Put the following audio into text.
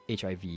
HIV